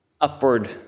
upward